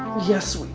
yes, we